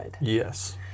yes